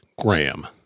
Graham